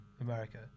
America